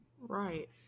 right